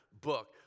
book